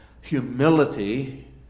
humility